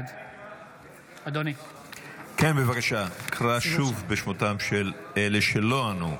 בעד כן, בבקשה, קרא שוב בשמותיהם של אלה שלא ענו.